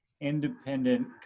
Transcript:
independent